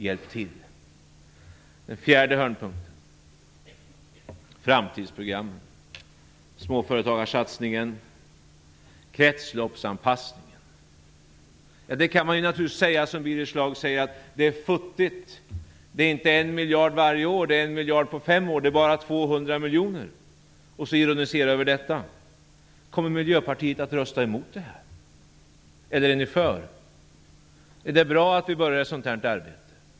Den fjärde hörnstenen gäller framtidsprogrammet Man kan naturligtvis säga som Birger Schlaug - att det är futtigt, att det inte är 1 miljard kronor varje år utan att det är en 1 miljard kronor under fem år, dvs. 200 miljoner kronor om året - och ironisera över detta. Kommer Miljöpartiet att rösta mot detta, eller är ni för? Är det bra att vi påbörjar ett sådant arbete?